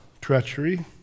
treachery